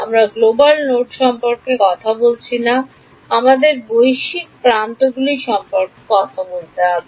আমরা global node সম্পর্কে কথা বলছি না আমাদের বৈশ্বিক প্রান্তগুলি সম্পর্কে কথা বলতে হবে